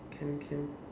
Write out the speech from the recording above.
can can